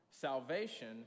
Salvation